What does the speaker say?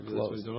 Close